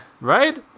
Right